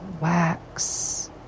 wax